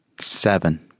Seven